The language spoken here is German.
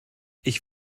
ich